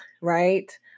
right